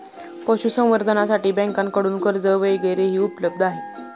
पशुसंवर्धनासाठी बँकांकडून कर्ज वगैरेही उपलब्ध आहे